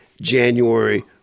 January